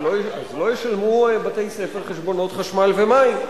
אז לא ישלמו בתי-ספר חשבונות חשמל ומים.